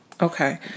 Okay